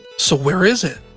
so where is it?